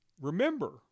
Remember